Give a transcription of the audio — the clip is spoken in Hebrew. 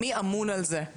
מי אמון על זה?